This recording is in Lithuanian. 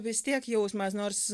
vis tiek jausmas nors